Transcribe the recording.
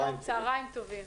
צהרים טובים.